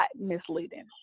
misleading